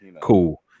cool